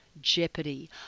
jeopardy